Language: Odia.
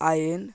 ଆଇନ